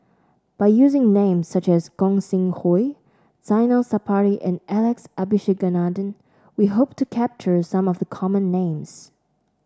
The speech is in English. by using names such as Gog Sing Hooi Zainal Sapari and Alex Abisheganaden we hope to capture some of the common names